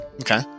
Okay